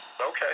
Okay